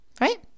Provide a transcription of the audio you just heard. right